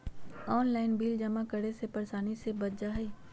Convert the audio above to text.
Online bill जमा करे से परेशानी से बच जाहई?